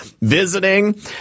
visiting